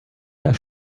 herr